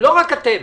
לא רק אתם.